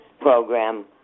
program